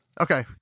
okay